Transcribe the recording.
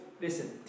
listen